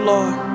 Lord